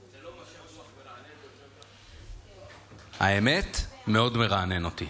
זה לא מה שמרענן, האמת, מאוד מרענן אותי.